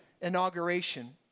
inauguration